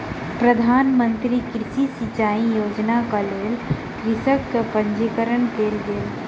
प्रधान मंत्री कृषि सिचाई योजनाक लेल कृषकक पंजीकरण कयल गेल